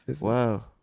Wow